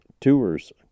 Tours